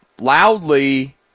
loudly